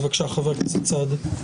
בבקשה, חבר הכנסת סעדי.